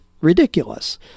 ridiculous